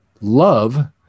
Love